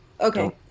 Okay